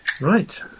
Right